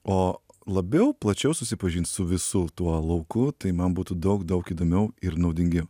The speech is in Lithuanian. o labiau plačiau susipažint su visu tuo lauku tai man būtų daug daug įdomiau ir naudingiau